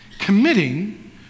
committing